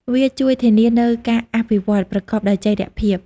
វាជួយធានានូវការអភិវឌ្ឍប្រកបដោយចីរភាព។